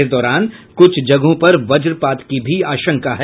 इस दौरान कुछ जगहों पर वज्रपात की भी आशंका है